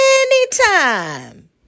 anytime